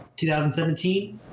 2017